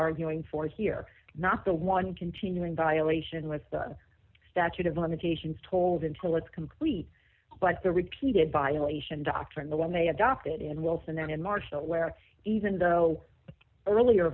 arguing for here not the one continuing violation with the statute of limitations told until it's complete but the repeated violation doctrine the one they adopted in wilson then in march where even though earlier